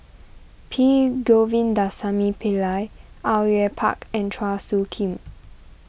P Govindasamy Pillai Au Yue Pak and Chua Soo Khim